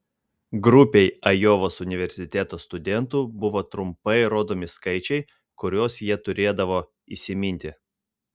grupei ajovos universiteto studentų buvo trumpai rodomi skaičiai kuriuos jie turėdavo įsiminti